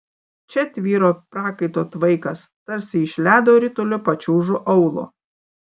čia tvyro prakaito tvaikas tarsi iš ledo ritulio pačiūžų aulo